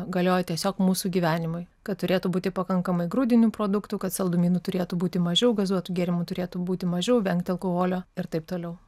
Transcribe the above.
galioja tiesiog mūsų gyvenimui kad turėtų būti pakankamai grūdinių produktų kad saldumynų turėtų būti mažiau gazuotų gėrimų turėtų būti mažiau vengti alkoholio ir taip toliau